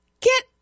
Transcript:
Get